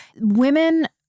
women